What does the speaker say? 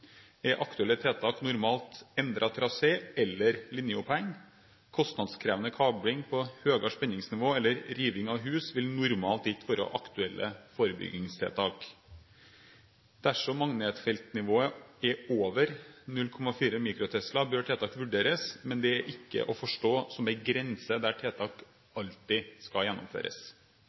er aktuelle tiltak normalt endret trasé eller linjeoppheng. Kostnadskrevende kabling på høyere spenningsnivåer eller riving av hus vil normalt ikke være aktuelle forebyggingstiltak. Dersom magnetfeltnivået er over 0,4 mikrotesla, bør tiltak vurderes, men det er ikke å forstå som en grense der tiltak alltid skal gjennomføres.